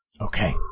Okay